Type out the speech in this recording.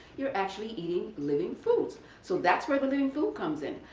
you are actually eating living foods. so that's where the living food comes in.